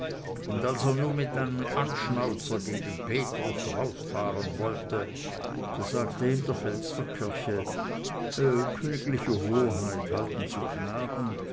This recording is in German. und als er nu mit nem anschnauzer gegen petrus rausfahren wollte da sagte ihm der fels der kirche königliche hoheit halten zu gnaden